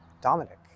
Dominic